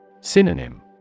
Synonym